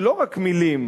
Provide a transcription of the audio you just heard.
זה לא רק מלים,